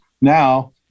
now